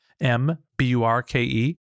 M-B-U-R-K-E